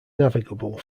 navigable